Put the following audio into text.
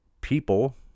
people